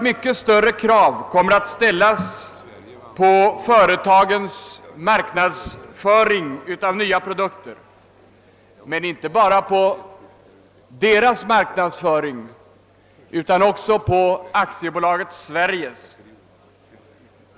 Mycket större krav kommer att ställas på företagens marknadsföring av nya produkter — och inte bara på deras marknadsföring utan också på Aktiebolaget Sverige.